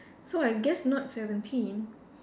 so I guess not seventeen